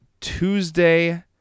Tuesday